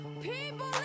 People